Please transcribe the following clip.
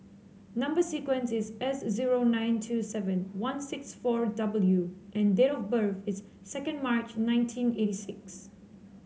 number sequence is S zero nine two seven one six four W and date of birth is second March nineteen eighty six